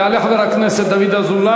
יעלה חבר הכנסת דוד אזולאי,